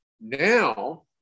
now